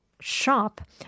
shop